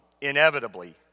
inevitably